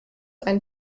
ein